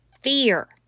fear